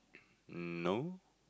mm no